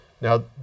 Now